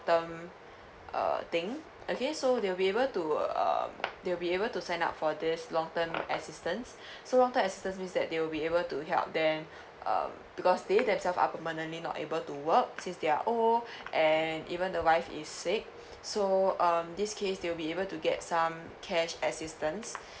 term uh thing okay so they will be able to um they will be able to sign up for this long term assistance so long term assistance means that they will be able to help them um because they themselves are permanently not able to work since they are old and even the wife is sick so um this case they will be able to get some cash assistance